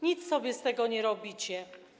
Nic sobie z tego nie robicie.